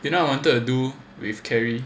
you know I wanted to do with kerry